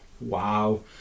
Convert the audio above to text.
Wow